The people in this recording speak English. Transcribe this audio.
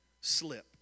slip